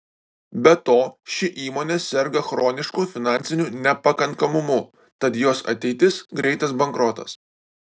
be to ši įmonė serga chronišku finansiniu nepakankamumu tad jos ateitis greitas bankrotas